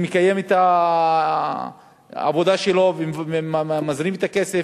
שמקיים את העבודה שלו ומזרים את הכסף,